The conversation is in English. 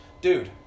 Dude